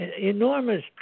enormous